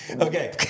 Okay